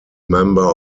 member